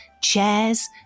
chairs